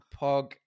Pog